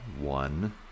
one